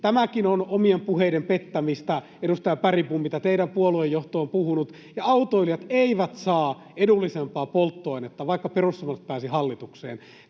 Tämäkin on omien puheiden pettämistä, edustaja Bergbom, mitä teidän puoluejohtonne on puhunut. Ja autoilijat eivät saa edullisempaa polttoainetta, vaikka perussuomalaiset pääsivät hallitukseen.